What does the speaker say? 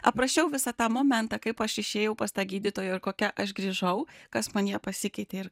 aprašiau visą tą momentą kaip aš išėjau pas tą gydytoją ir kokia aš grįžau kas manyje pasikeitė ir